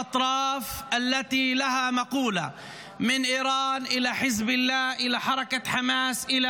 ראש האופוזיציה חבר הכנסת לפיד, חמש דקות, בבקשה.